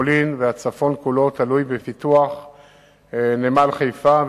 למחסן ועל- חשבון הצורך הציבורי בשטח פתוח במפרץ חיפה.